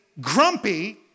grumpy